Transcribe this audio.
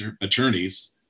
attorneys